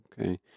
Okay